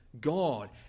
god